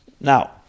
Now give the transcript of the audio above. Now